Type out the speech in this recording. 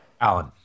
alan